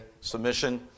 submission